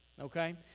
Okay